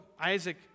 Isaac